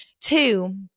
Two